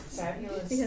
fabulous